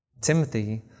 Timothy